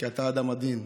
כי אתה אדם עדין,